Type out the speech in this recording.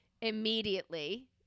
Immediately